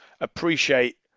appreciate